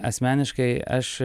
asmeniškai aš